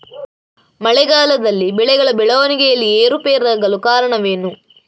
ಮಳೆಗಾಲದಲ್ಲಿ ಬೆಳೆಗಳ ಬೆಳವಣಿಗೆಯಲ್ಲಿ ಏರುಪೇರಾಗಲು ಕಾರಣವೇನು?